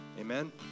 Amen